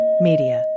Media